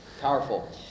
powerful